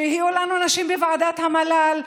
שיהיו לנו נשים בוועדת המל"ל,